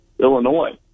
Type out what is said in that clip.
Illinois